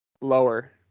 Lower